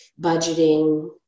budgeting